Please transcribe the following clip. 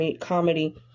comedy